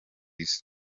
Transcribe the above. isi